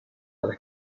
para